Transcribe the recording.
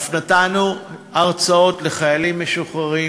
ואף נתנו הרצאות לחיילים משוחררים,